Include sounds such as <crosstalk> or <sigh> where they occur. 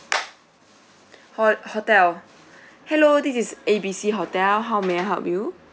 <noise> ho~ hotel hello this is A B C hotel how may I help you